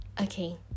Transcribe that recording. Okay